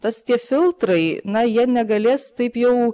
tas tie filtrai na jie negalės taip jau